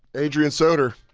adrienne soder.